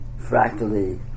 fractally